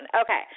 Okay